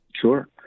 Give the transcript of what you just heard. Sure